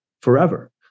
forever